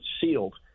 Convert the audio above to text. sealed